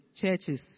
churches